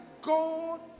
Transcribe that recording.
God